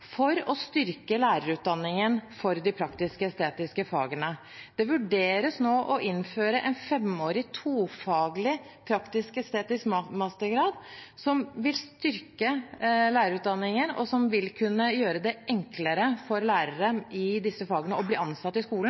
for å styrke lærerutdanningen for de praktisk-estetiske fagene. Det vurderes nå å innføre en femårig tofaglig praktisk-estetisk mastergrad som vil styrke lærerutdanningen, og som vil kunne gjøre det enklere for lærere i disse fagene å bli ansatt i skolen,